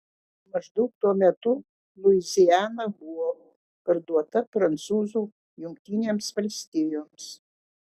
maždaug tuo metu luiziana buvo parduota prancūzų jungtinėms valstijoms